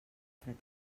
fred